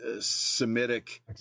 Semitic